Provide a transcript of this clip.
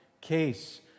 case